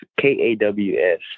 K-A-W-S